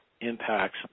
impacts